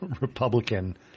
Republican